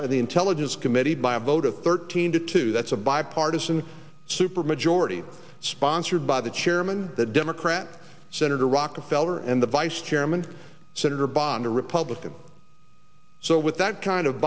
by the intelligence committee by a vote of thirteen to two that's a bipartisan super majority sponsored by the chairman the democrat senator rockefeller and the vice chairman senator bond a republican so with that kind of